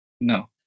No